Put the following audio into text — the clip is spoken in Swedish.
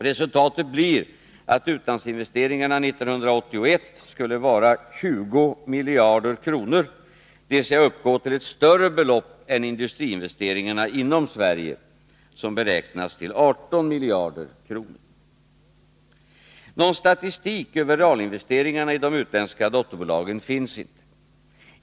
Resultatet blir att utlandsinvesteringarna 1981 skulle vara 20 miljarder kronor, dvs. uppgå till ett större belopp än industriinvesteringarna inom Sverige, som beräknas till 18 miljarder kronor. Någon statistik över realinvesteringarna i de utländska dotterbolagen finns inte.